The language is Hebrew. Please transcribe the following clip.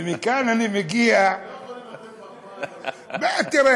ומכאן אני מגיע, אתם לא יכולים לתת מחמאה, תראה,